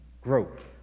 growth